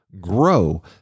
grow